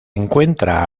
encuentra